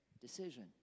decision